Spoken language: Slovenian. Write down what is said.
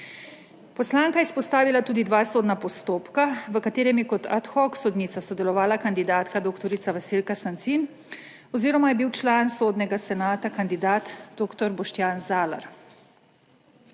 Poslanka je izpostavila tudi dva sodna postopka, v katerem je kot ad hoc sodnica sodelovala kandidatka dr. Vasilka Sancin oziroma je bil član sodnega senata kandidat dr. Boštjan Zalar.